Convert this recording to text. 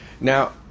now